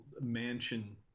mansion